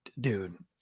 dude